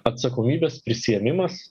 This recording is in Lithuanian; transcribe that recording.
atsakomybės prisiėmimas